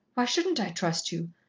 why shouldn't i trust you?